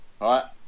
right